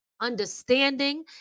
understanding